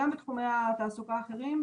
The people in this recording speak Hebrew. בתחומי התעסוקה האחרים,